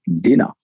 dinner